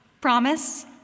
Promise